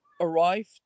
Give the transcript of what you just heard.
arrived